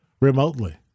remotely